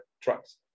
trucks